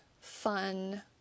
fun